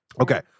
Okay